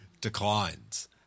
declines